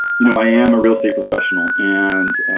you know, i am a real estate professional and